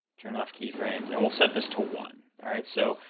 turn off keyframes, and we'll set this to one, alright? so,